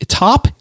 top